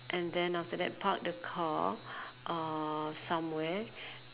and then after that park the car uh somewhere